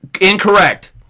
Incorrect